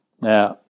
Now